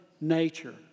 nature